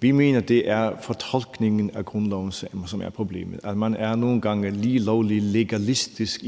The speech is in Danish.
Vi mener, at det er fortolkningen af grundloven, som er problemet. Man er nogle gange lige lovlig legalistisk